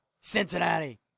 Cincinnati